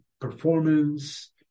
performance